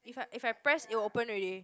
if I if I press it will open already